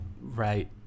Right